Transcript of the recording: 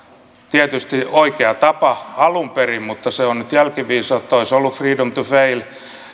tietysti oikea tapa alun perin mutta se on nyt jälkiviisautta olisi ollut freedom to fail